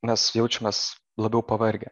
mes jaučiamės labiau pavargę